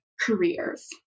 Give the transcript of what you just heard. careers